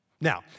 Now